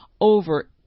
over